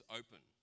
open